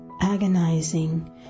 agonizing